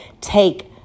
take